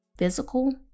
Physical